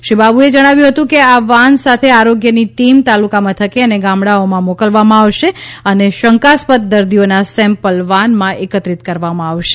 શ્રી બાબુએ જણાવ્યું હતું કે આ વાન સાથે આરોગ્યની ટીમ તાલુકા મથકે અને ગામડાંઓમાં મોકલવામાં આવશે અને શંકાસ્પદ દર્દીઓના સેમ્પલ વાનમાં એકત્રિત કરવામાં આવશે